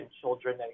children